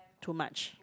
too much